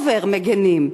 אובר-מגינים,